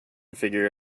figure